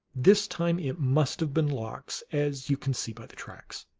this time it must have been lox, as you can see by the tracks.